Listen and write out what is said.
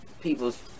People's